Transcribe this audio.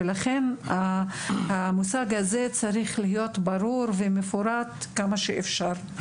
ולכן המושג הזה צריך להיות ברור ומפורט עד כמה שאפשר.